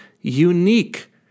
unique